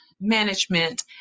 management